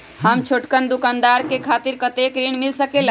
हम छोटकन दुकानदार के खातीर कतेक ऋण मिल सकेला?